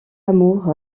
amour